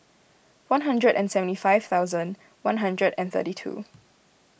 one hundred and seventy five thousand one hundred and thirty two